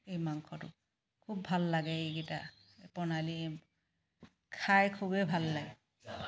এই মাংসটো খুব ভাল লাগে এই কেইটা প্ৰণালী খাই খুবেই ভাল লাগে